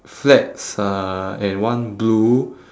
flags uh and one blue